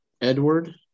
Edward